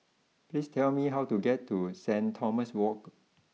please tell me how to get to Saint Thomas walk